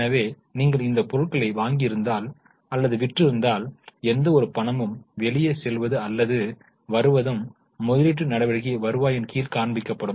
எனவே நீங்கள் இந்த பொருட்களை வாங்கியிருந்தால் அல்லது விற்றிருந்தால் எந்த ஒரு பணமும் வெளியே செல்வது அல்லது வருவதும் முதலீட்டு நடவடிக்கைகள் வருவாயின் கீழ் காண்பிக்கப்படும்